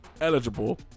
eligible